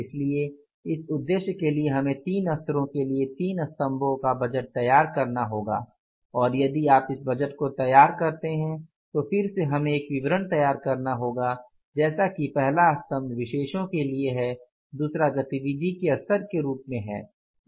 इसलिए इस उद्देश्य के लिए हमें तीन स्तरों के लिए तीन स्तंभों का बजट तैयार करना होगा और यदि आप इस बजट को तैयार करते हैं तो फिर से हमें एक विवरण तैयार करना होगा जैसे कि पहला स्तम्भ विशेषों के लिए है दूसरा गतिविधि के स्तर के रूप में है